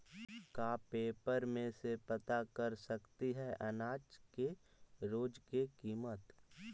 का पेपर में से पता कर सकती है अनाज के रोज के किमत?